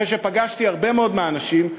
אחרי שפגשתי הרבה מאוד מהאנשים,